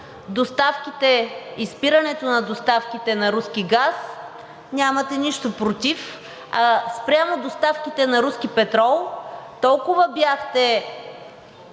доставките и спирането на доставките на руски газ нямате нищо против, а спрямо доставките на руски петрол толкова бяхте